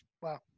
Wow